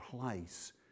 place